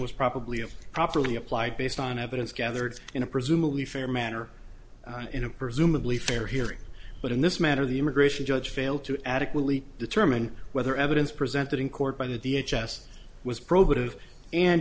was probably if properly applied based on evidence gathered in a presumably fair manner in a presumably fair hearing but in this matter the immigration judge failed to adequately determine whether evidence presented in court by the h s was probative and